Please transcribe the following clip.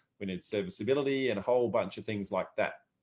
we need serviceability and a whole bunch of things like that.